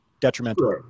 detrimental